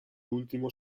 ultimo